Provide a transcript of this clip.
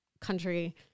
country